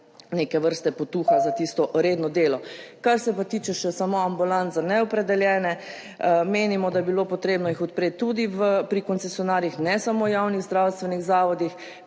neke vrste potuha za tisto redno delo. Kar se pa tiče ambulant za neopredeljene, menimo, da bi bilo potrebno jih odpreti tudi pri koncesionarjih, ne samo javnih zdravstvenih zavodih,